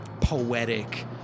poetic